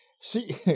See